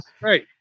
right